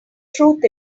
truth